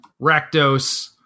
Rakdos